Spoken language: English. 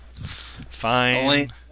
Fine